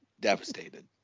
devastated